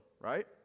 Right